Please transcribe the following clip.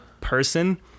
person